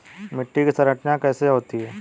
मिट्टी की संरचना कैसे होती है?